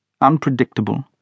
unpredictable